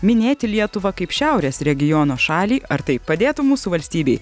minėti lietuvą kaip šiaurės regiono šalį ar tai padėtų mūsų valstybei